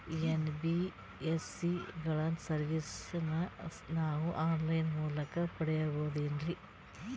NBSC ಗಳ ಸರ್ವಿಸನ್ನ ನಾವು ಆನ್ ಲೈನ್ ಮೂಲಕ ಪಡೆಯಬಹುದೇನ್ರಿ?